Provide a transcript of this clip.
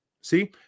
See